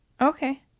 Okay